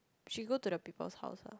she go to the people's house ah